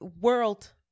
world